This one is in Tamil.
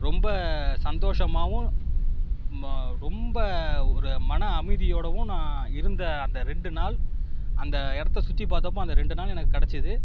ரொம்ப சந்தோஷமாவும் ம ரொம்ப ஒரு மனஅமைதியோடவும் நான் இருந்த அந்த ரெண்டு நாள் அந்த இடத்த சுற்றி பார்த்தப்போ அந்த ரெண்டு நாள் கிடைச்சிது